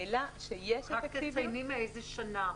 העלה שיש --- תצייני מאיזה שנה המחקר.